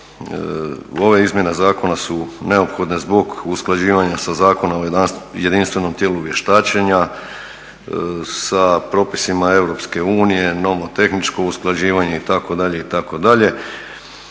ove izmjene zakona su neophodne zbog usklađivanja sa Zakonom o jedinstvenom tijelu vještačenja, sa propisima EU, nomotehničko usklađivanje itd. itd.